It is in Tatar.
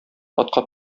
атка